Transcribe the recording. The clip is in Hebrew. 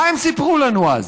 מה הם סיפרו לנו אז?